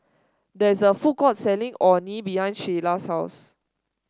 there is a food court selling Orh Nee behind Shayla's house